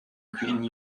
green